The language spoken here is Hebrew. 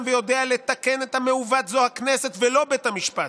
ויודע לתקן את המעוות הוא הכנסת ולא בית המשפט.